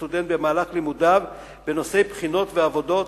לסטודנט במהלך לימודיו בנושאי בחינות ועבודות,